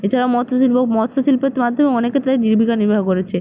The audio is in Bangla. এছাড়াও মৎস্য শিল্প মৎস্য শিল্পের তো মাধ্যমে অনেকে তো জীবিকা নির্বাহ করেছে